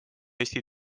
eesti